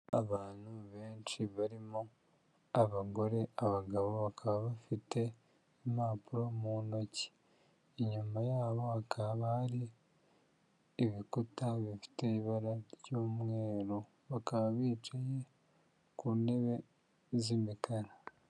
Abantu benshi barimo abagore, abagabo bakaba bafite impapuro mu ntoki, inyuma yabo hakaba hari ibikuta bifite ibara ry'umweru, bakaba bicaye ku ntebe z'imikara.